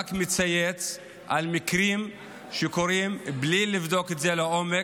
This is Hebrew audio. השר רק מצייץ על מקרים שקורים בלי לבדוק את זה לעומק.